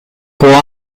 può